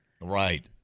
Right